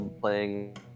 playing